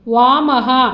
वामः